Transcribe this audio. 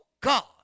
God